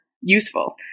useful